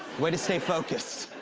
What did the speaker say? way to stay focused.